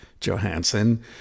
Johansson